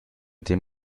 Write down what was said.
dem